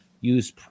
Use